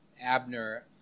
Abner